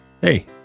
hey